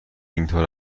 اینطور